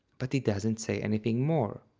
but he doesn't say anything more.